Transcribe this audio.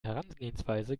herangehensweise